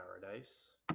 paradise